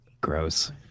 Gross